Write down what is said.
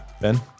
Ben